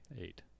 Eight